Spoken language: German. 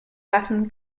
lassen